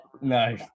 No